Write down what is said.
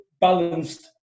balanced